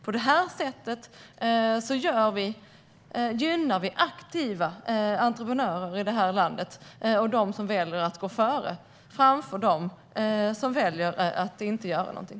På detta sätt gynnar vi aktiva entreprenörer i det här landet och dem som väljer att gå före framför dem som väljer att inte göra någonting.